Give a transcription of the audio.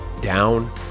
down